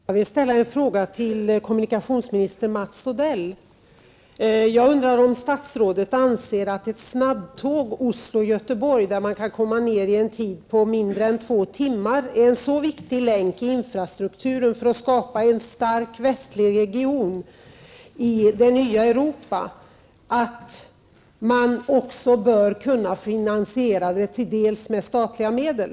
Herr talman! Jag vill ställa en fråga till kommunikationsminister Mats Odell: Anser statsrådet att ett snabbtåg mellan Oslo och Göteborg, där man kan komma ned i en tid på mindre än två timmar, är en så viktig länk i infrastrukturen för att skapa en stark västlig region i det nya Europa att man också bör kunna finansiera den till dels med statliga medel?